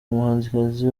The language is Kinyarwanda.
umuhanzikazi